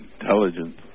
intelligence